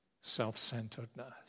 self-centeredness